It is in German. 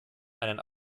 einen